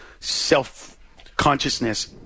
self-consciousness